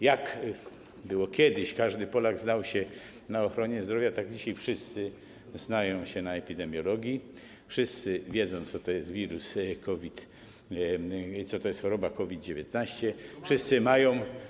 Jak kiedyś każdy Polak znał się na ochronie zdrowia, tak dzisiaj wszyscy znają się na epidemiologii, wszyscy wiedzą, co to jest wirus COVID, co to jest choroba COVID-19, wszyscy mają.